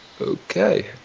Okay